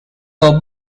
were